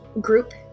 group